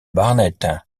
barnett